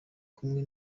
kumwe